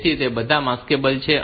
તેથી તે બધા માસ્કેબલ છે